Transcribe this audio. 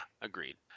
agreed